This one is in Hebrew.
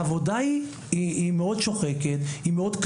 העבודה היא שוחקת מאוד,